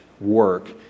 Work